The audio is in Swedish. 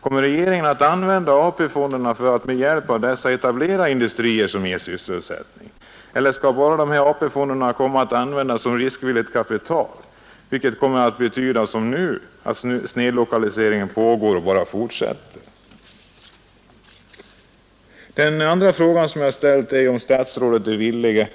Kommer regeringen att använda AP-fonderna för att med hjälp av dessa etablera industrier som ger sysselsättning? Eller skall dessa AP-fonder bara användas som riskvilligt kapital? Det senare kommer som nu att betyda att snedutvecklingen bara fortsätter. Den andra frågan som jag ställt är om statsrådet är villig